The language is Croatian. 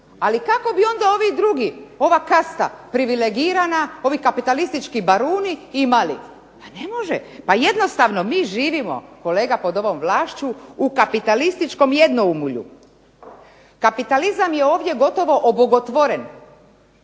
ali kako bi onda ovi drugi, ova kasta privilegirana, ovi kapitalistički baruni imali. Ne može, pa jednostavno mi živimo kolega pod ovom vlašću u kapitalističkoj jednoumlju. Kapitalizam je ovdje gotovo …/Govornik